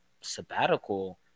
sabbatical